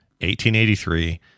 1883